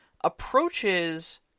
Approaches